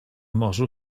morzu